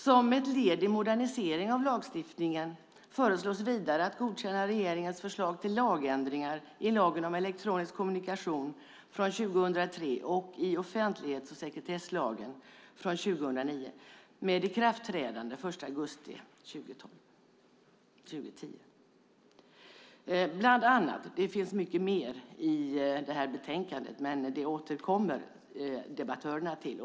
Som ett led i en modernisering av lagstiftningen föreslås vidare bland annat att godkänna regeringens förslag till lagändringar i lagen om elektronisk kommunikation från 2003 och i offentlighets och sekretesslagen från 2009 med ikraftträdande den 1 augusti 2010. Det finns mycket mer i detta betänkande, men det återkommer debattörerna till.